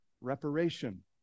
reparation